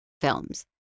films